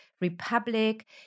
republic